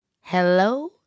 Hello